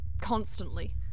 Constantly